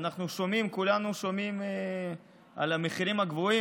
כולנו שומעים על המחירים הגבוהים,